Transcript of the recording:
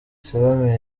sebamed